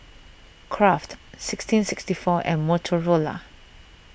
Kraft sixteen sixty four and Motorola